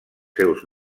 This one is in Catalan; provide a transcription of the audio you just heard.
seus